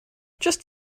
just